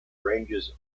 ranges